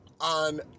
on